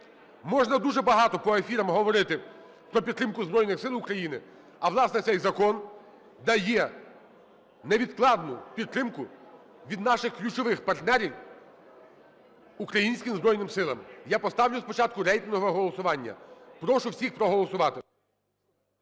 Можна дуже багато по ефірах говорити про підтримку Збройних Сил України, а власне, цей закон дає невідкладну підтримку від наших ключових партнерів українським Збройним Силам. Я поставлю спочатку рейтингове голосування. Прошу всіх проголосувати.